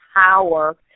power